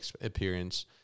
appearance